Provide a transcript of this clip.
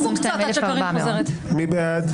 22,401 עד 22,420. מי בעד?